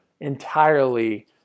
entirely